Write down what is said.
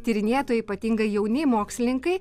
tyrinėtojai ypatingai jauni mokslininkai